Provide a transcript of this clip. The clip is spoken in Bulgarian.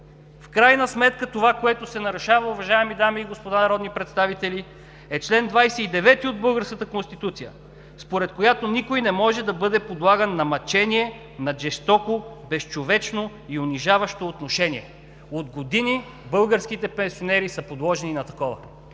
В крайна сметка това, което се нарушава, уважаеми дами и господа народни представители, е чл. 29 от българската Конституция, според който никой не може да бъде подлаган на мъчение, на жестоко, безчовечно и унижаващо отношение. От години българските пенсионери са подложени на такова!